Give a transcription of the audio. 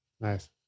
nice